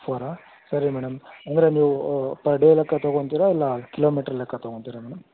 ಫೋರಾ ಸರಿ ಮೇಡಮ್ ಅಂದರೆ ನೀವು ಪರ್ ಡೇ ಲೆಕ್ಕ ತೊಗೊತಿರಾ ಇಲ್ಲ ಕಿಲೋಮೀಟರ್ ಲೆಕ್ಕ ತೊಗೊತಿರಾ ಮೇಡಮ್